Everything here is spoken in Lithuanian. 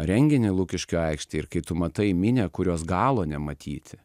renginį lukiškių aikštėj ir kai tu matai minią kurios galo nematyt